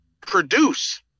produce